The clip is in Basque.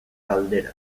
galdera